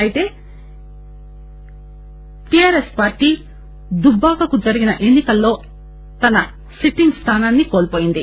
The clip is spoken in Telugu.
అయితే టిఆర్ఎస్ దుబ్బాకకి జరిగిన ఎన్ని కల్లో తన సిట్టింగ్ స్థానాన్ని కోల్పోయింది